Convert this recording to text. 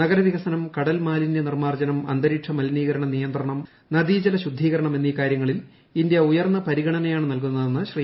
നഗര വികസനം കടൽമാലിന്യ നിർമ്മാർജ്ജനം അന്തരീക്ഷ മലിനീകരണ നിയന്ത്രണം നദീജല ശുദ്ധീകരണം എന്നീ കാര്യങ്ങളിൽ ഇന്ത്യ ഉയർന്ന പരിഗണനയാണ് നൽകുന്നതെന്ന് ശ്രീ